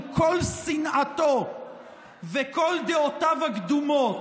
עם כל שנאתו וכל דעותיו הקדומות,